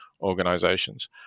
organizations